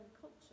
culture